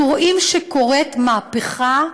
אנחנו רואים שקורית מהפכה אדירה.